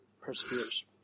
perseveres